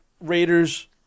Raiders